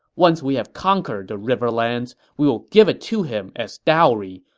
once we have conquered the riverlands, we will give it to him as dowry,